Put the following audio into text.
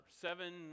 Seven